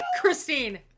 Christine